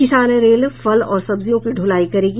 किसान रेल फल और सब्जियों की ढुलाई करेगी